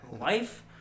Life